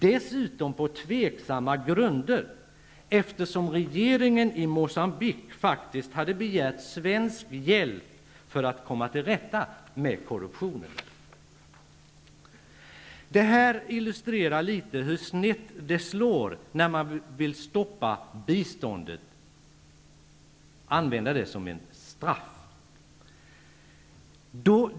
Dessutom gör han det på tvivelaktiga grunder, eftersom regeringen i Moçambique faktiskt hade begärt svensk hjälp för att komma till rätta med korruptionen. Det här illustrerar litet hur snett det slår, när man vill stoppa biståndet och använda det som ett straff.